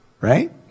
right